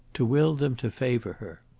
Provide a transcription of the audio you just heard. to will them to favour her.